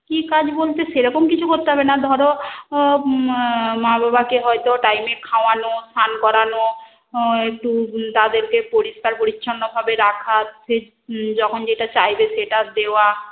কি কাজ বলতে সেরকম কিছু করতে হবে না ধরো মা বাবাকে হয়তো টাইমে খাওয়ানো স্নান করানো একটু তাদেরকে পরিষ্কার পরিচ্ছন্নভাবে রাখা সে যখন যেটা চাইবে সেটা দেওয়া